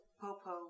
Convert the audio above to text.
Po-po